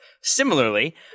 Similarly